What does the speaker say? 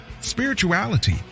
spirituality